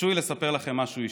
תרשו לי לספר לכם משהו אישי.